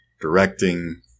directing